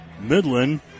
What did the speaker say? Midland